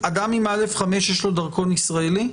לאדם עם אשרה א/5 יש דרכון ישראלי?